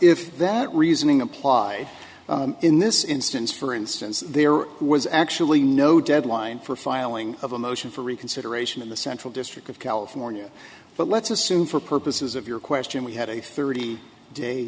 if that reasoning applies in this instance for instance there was actually no deadline for filing of a motion for reconsideration in the central district of california but let's assume for purposes of your question we had a thirty day